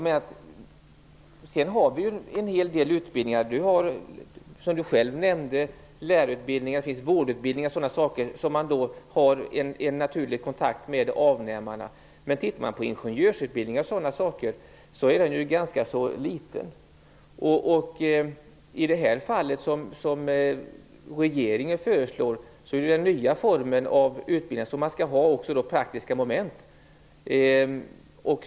Sedan har vi en hel del utbildningar, Gunnar Goude nämnde själv lärarutbildningar och det finns även vårdutbildningar, där man har en naturlig kontakt med avnämarna. Men tittar man på ingenjörsutbildningar och liknande ser man att den kontakten är ganska liten. Regeringens förslag handlar ju om den nya formen av yrkesutbildningar där man även skall ha praktiska moment.